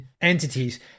entities